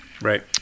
Right